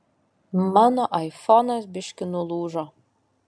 mano aifonas biškį nulūžo